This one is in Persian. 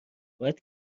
باید